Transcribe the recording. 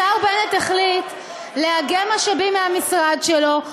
השר בנט החליט לאגם משאבים מהמשרד שלו,